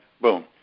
boom